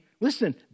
listen